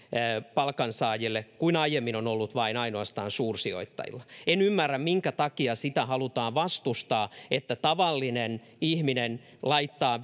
palkansaajille siis samanlainen mahdollisuus kuin aiemmin on ollut vain ainoastaan suursijoittajilla en ymmärrä minkä takia sitä halutaan vastustaa että tavallinen ihminen laittaa